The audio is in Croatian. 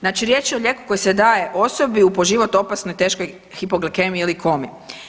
Znači riječ je o lijeku koji se daje osobi po život opasnoj i teškoj hipoglikemiji ili komi.